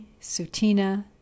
Sutina